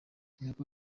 inkoko